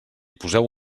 poseu